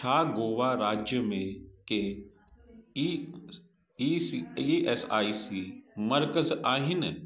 छा गोवा राज्य में के E S I C E S I C मर्कज़ आहिनि